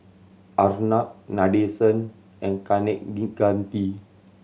Arnab Nadesan and Kaneganti